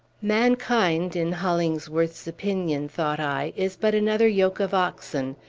mankind, in hollingsworth's opinion, thought i, is but another yoke of oxen,